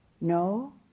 No